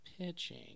pitching